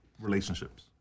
relationships